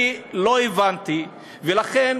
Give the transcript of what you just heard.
אני לא הבנתי, ולכן